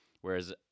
Whereas